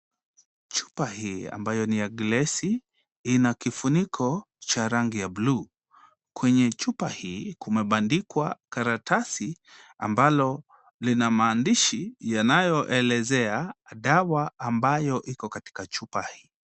Chupa hii ambayo ni ya glesi, ina kifuniko cha rangi ya bluu. Kwenye chupa hii kume bandikwa karatasi ambalo lina maandishi, yananyoelezea dawa ambayo iko katika chupa hii.